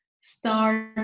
start